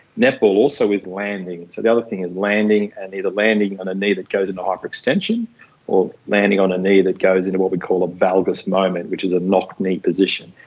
netball also with landing, so the other thing is landing and either landing on a knee that goes into hyperextension or landing on a knee that into what we call a valgus moment, which is a knock-knee position.